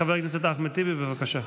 חבר הכנסת אחמד טיבי, בבקשה.